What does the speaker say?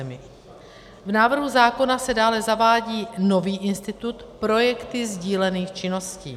V návrhu zákona se dále zavádí nový institut projekty sdílených činností.